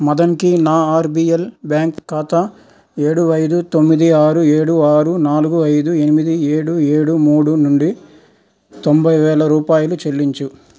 మదన్కి నా RBL bank ఖాతా ఏడు ఐదు తొమ్మిది ఆరు ఏడు ఆరు నాలుగు ఐదు ఎనిమిది ఏడు ఏడు మూడు నుండి తొంభై వేల రూపాయలు చెల్లించు